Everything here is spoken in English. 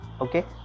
Okay